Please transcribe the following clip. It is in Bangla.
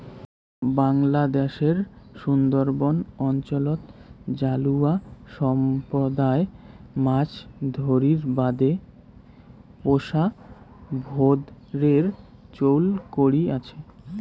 বাংলাদ্যাশের সুন্দরবন অঞ্চলত জালুয়া সম্প্রদায় মাছ ধরির বাদে পোষা ভোঁদরের চৈল করি আচে